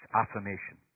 affirmation